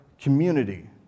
community